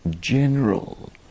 general